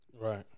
Right